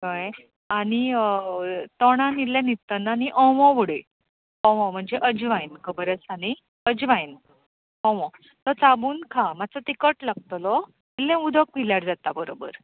आनी तोंडांक इल्लें न्हिदतना न्हय ओंवो उडय ओंवो म्हणजे अजवैन खबर आसा न्हय अजवेैन ओंवो तो चाबून खा मातसो तिकट लागतलो इल्लें उदक पिल्यार जाता बरोबर